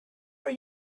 are